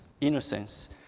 innocence